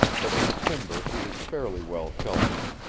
but in the timber he was fairly well sheltered.